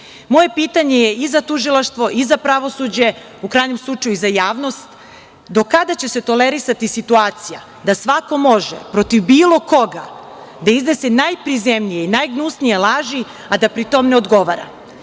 pitanje je i za tužilaštvo i za pravosuđe, u krajnjem slučaju i za javnost, do kada će se tolerisati situacija da svako može protiv bilo koga da iznese najprizemnije i najgnusnije laži, a da pri tom ne odgovara?